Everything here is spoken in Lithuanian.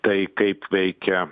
tai kaip veikia